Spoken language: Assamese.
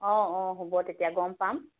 অঁ অঁ হ'ব তেতিয়া গ'ম পাম